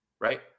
right